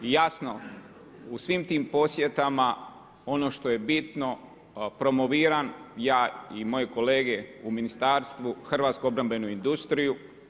I jasno u svim tim posjetama ono što je bitno promoviram ja i moje kolege u ministarstvu hrvatsku obrambenu industriju.